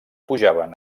pujaven